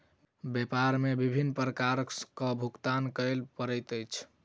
व्यापार मे विभिन्न प्रकारक कर भुगतान करय पड़ैत अछि